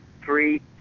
three